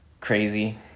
crazy